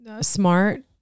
smart